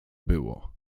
było